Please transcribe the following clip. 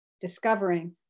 discovering